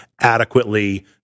adequately –